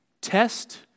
test